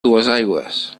duesaigües